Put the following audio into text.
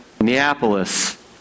Neapolis